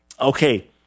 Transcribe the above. Okay